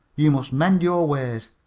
you must mend your ways.